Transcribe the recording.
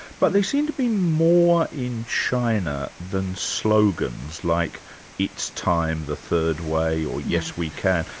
but they seem to be more in china than slogans like it's time, the third way, or yes, we can'.